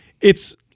it's-